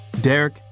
Derek